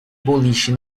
boliche